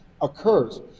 occurs